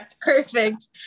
Perfect